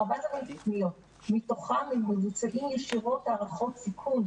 4,000 פניות, מתוכם מבוצעים ישירות הערכות סיכון.